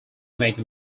make